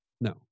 No